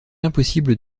impossible